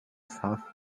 south